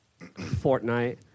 Fortnite